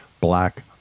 black